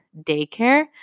daycare